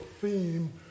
theme